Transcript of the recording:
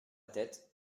tête